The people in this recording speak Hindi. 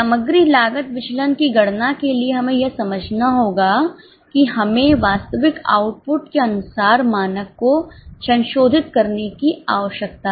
सामग्री लागत विचलन की गणना के लिए हमें यह समझना होगा कि हमें वास्तविक आउटपुट के अनुसार मानक को संशोधित करने की आवश्यकता है